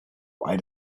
why